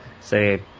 say